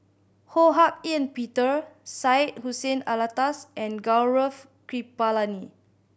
Ho Hak Ean Peter Syed Hussein Alatas and Gaurav Kripalani